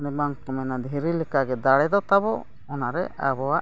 ᱚᱱᱮ ᱵᱟᱝ ᱠᱚ ᱢᱮᱱᱟ ᱫᱷᱤᱨᱤ ᱞᱮᱠᱟᱜᱮ ᱫᱟᱲᱮ ᱫᱚ ᱛᱟᱵᱚ ᱚᱱᱟᱨᱮ ᱟᱵᱚᱣᱟᱜ